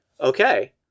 okay